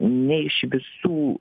ne iš visų